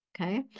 Okay